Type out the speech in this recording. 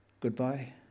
goodbye